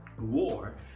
war